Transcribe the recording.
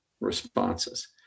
responses